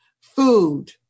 food